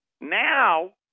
Now